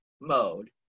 mode